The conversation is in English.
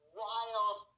wild